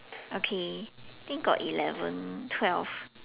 okay I think got eleven twelve